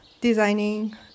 Designing